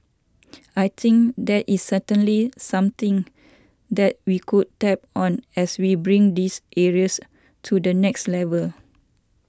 I think that is certainly something that we could tap on as we bring these areas to the next level